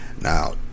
now